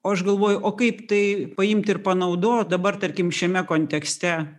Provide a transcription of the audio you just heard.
o aš galvoju o kaip tai paimti ir panaudot dabar tarkim šiame kontekste